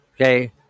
Okay